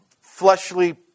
fleshly